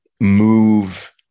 move